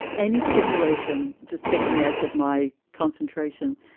any stimulation just takes me out of my concentration.